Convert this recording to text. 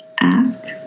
Ask